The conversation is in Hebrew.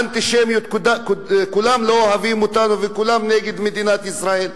אנטישמיות: כולם לא אוהבים אותנו וכולם נגד מדינת ישראל.